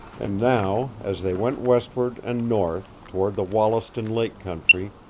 and now, as they went westward and north toward the wollaston lake country,